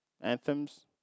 anthems